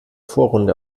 vorrunde